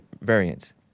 variants